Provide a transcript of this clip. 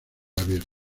abierto